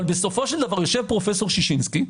אבל בסופו של דבר יושב פרופ' ששינסקי,